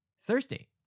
Thursday